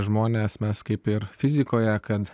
žmonės mes kaip ir fizikoje kad